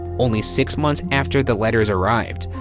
only six months after the letters arrived,